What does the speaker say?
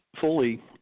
fully